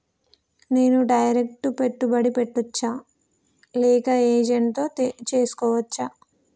నేను డైరెక్ట్ పెట్టుబడి పెట్టచ్చా లేక ఏజెంట్ తో చేస్కోవచ్చా?